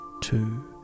two